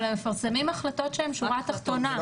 אבל הם מפרסמים החלטות שהם השורה התחתונה.